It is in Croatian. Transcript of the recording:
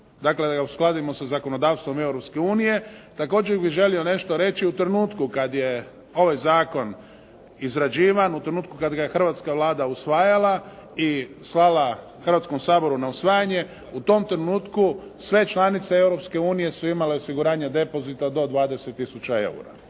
dakle da ga uskladimo sa zakonodavstvom Europske unije. Također bih želio nešto reći u trenutku kada je ovaj zakon izrađivan, u trenutku kada ga je hrvatska Vlada usvajala i slala Hrvatskom saboru na usvajanje, u tom trenutku sve članice Europske unije su imale osiguranje depozita do 20 tisuća eura.